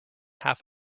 half